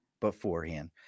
beforehand